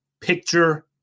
picture